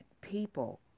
people